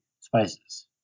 spices